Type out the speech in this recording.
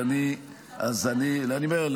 לא הייתה מליאה.